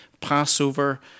Passover